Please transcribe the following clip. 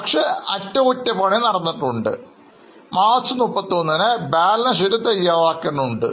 പക്ഷേ അറ്റകുറ്റപ്പണികൾ നടന്നിട്ടുണ്ടെന്ന് അറിയാം മാർച്ച് 31ന് ബാലൻസ് ഷീറ്റ് തയ്യാറാക്കേണ്ടതുണ്ട്